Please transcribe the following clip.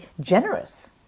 generous